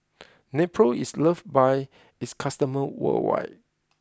Nepro is loved by its customers worldwide